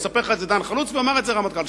יספר לך את זה דן חלוץ, והוא אמר את זה, הרמטכ"ל,